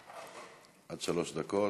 עד שלוש דקות.